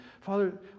Father